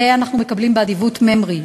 את זה אנחנו מקבלים באדיבות ממר"י,